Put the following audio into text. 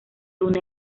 una